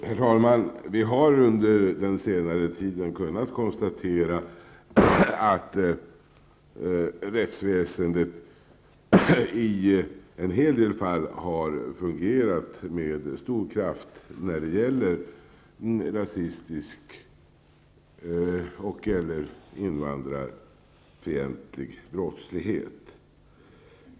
Herr talman! Vi har under den senare tiden kunnat konstatera att rättsväsendet i en hel del fall har fungerat med stor kraft när det gäller rasistisk och/eller invandrarfientlig brottslighet.